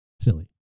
silly